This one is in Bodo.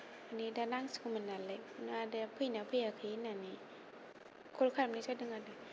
नेता नांसिगौमोन नालाय बेखौनो आदाया फैयो ना फैयाखै होन्नानै कल खालामनाय जादों आरो